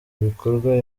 bikorwa